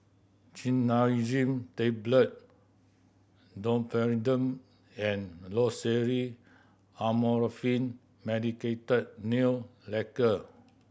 Cinnarizine Tablet Domperidone and Loceryl Amorolfine Medicated Nail Lacquer